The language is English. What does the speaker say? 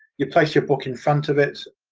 you place your book in front of it,